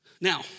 Now